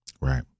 Right